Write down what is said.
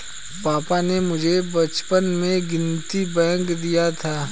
पापा ने मुझे बचपन में पिग्गी बैंक दिया था